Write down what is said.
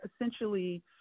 essentially